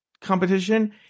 competition